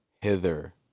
hither